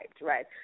right